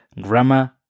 grammar